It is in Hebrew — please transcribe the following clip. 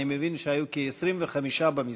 אני מבין שהיו כ-25 במספר,